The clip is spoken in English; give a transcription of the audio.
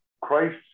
Christ